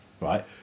right